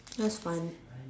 that was fun